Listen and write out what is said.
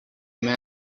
man